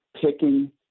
picking